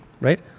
Right